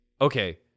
okay